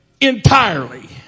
entirely